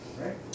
right